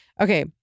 Okay